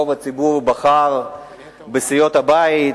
רוב הציבור בחר בסיעות הבית,